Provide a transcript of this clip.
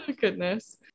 goodness